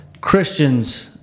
Christians